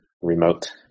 remote